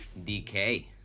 dk